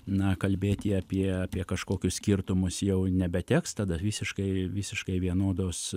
na kalbėti apie apie kažkokius skirtumus jau nebeteks tada visiškai visiškai vienodos